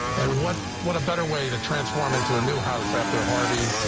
and what what a better way to transform into a new house after harvey.